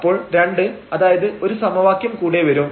അപ്പോൾ രണ്ട് അതായത് ഒരു സമവാക്യം കൂടെ വരും